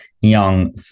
young